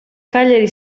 cagliari